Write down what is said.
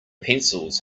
pencils